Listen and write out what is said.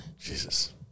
Jesus